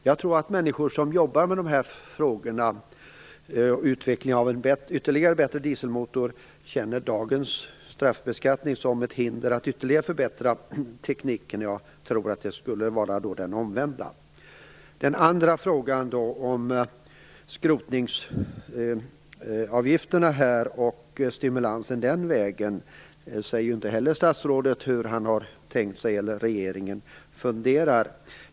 Jag tror att människor som jobbar med dessa frågor och utveckling av bättre dieselmotorer känner dagens straffbeskattning som ett hinder att ytterligare förbättra tekniken. Det borde vara det omvända. Statsrådet säger inte något om hur regeringen ställer sig till en stimulans genom skrotningsavgifterna.